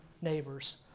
neighbors